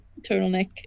turtleneck